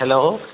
hello